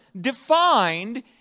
defined